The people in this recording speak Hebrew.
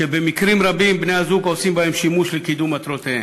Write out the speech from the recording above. ובמקרים רבים בני-הזוג עושים בהם שימוש לקידום מטרותיהם.